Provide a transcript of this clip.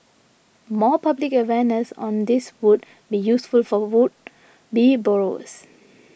more public awareness on this would be useful for would be borrowers